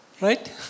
Right